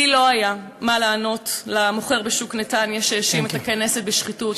לי לא היה מה לענות למוכר בשוק נתניה שהאשים את הכנסת בשחיתות.